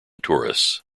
tourists